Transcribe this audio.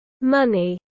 money